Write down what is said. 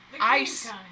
Ice